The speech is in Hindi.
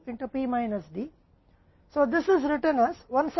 अब हम वापस जाते हैं और IM के लिए विकल्प के रूप में Q करते हैं